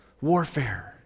warfare